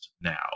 now